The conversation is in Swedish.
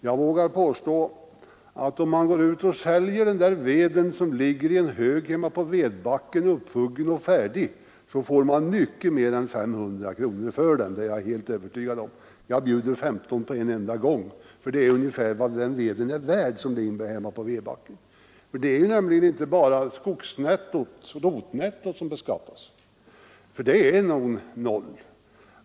Jag vågar påstå att om man går ut och säljer den här veden som ligger i en hög hemma på vedbacken, upphuggen och färdig, så får man mycket mer än 500 kronor för den. Jag bjuder 1 500 på en gång, för det är ungefär vad den är värd. Det är nämligen inte bara rotnettot som beskattas — det är nog noll.